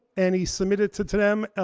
and he submitted to to them,